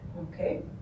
Okay